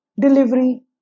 delivery